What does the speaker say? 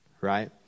right